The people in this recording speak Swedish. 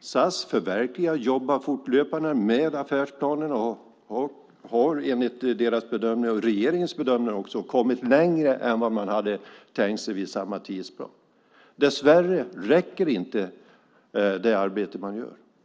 SAS förverkligar och jobbar fortlöpande med affärsplanen och har enligt sin egen och även regeringens bedömning kommit längre än vad man hade tänkt sig i tidsplanen. Dess värre räcker inte det arbete man gör.